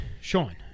Sean